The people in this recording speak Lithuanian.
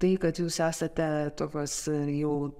tai kad jūs esate tokios jau